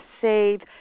save